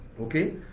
Okay